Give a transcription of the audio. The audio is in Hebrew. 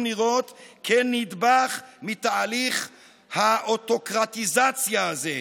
לראות כנדבך מתהליך האוטוקרטיזציה הזה.